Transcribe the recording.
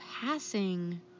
passing